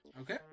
Okay